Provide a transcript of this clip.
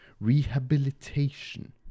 rehabilitation